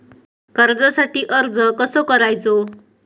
कर्जासाठी अर्ज कसो करायचो?